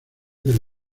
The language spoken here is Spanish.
del